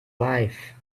life